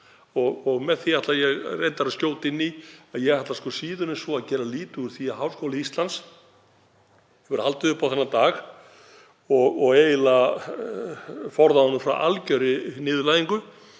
Með því ætla ég reyndar að skjóta inn í að ég ætla síður en svo að gera lítið úr því að Háskóli Íslands hefur haldið upp á þennan dag og eiginlega forðað honum frá algjörri niðurlægingu